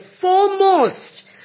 foremost